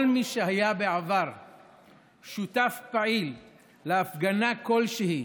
כל מי שהיה בעבר שותף פעיל להפגנה כלשהי